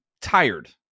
tired